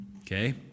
Okay